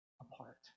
apart